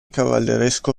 cavalleresco